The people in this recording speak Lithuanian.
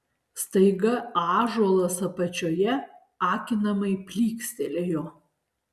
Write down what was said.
staiga ąžuolas apačioje akinamai plykstelėjo